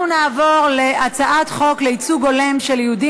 אנחנו נעבור להצעת חוק לייצוג הולם של יהודים